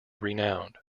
renowned